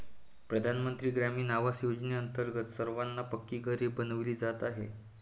प्रधानमंत्री ग्रामीण आवास योजनेअंतर्गत सर्वांना पक्की घरे बनविली जात आहेत